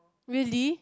really